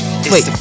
Wait